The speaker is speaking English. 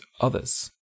others